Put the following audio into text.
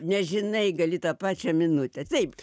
nežinai gali tą pačią minutę taip